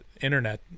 internet